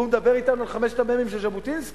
והוא מדבר אתנו על חמשת המ"מים של ז'בוטינסקי?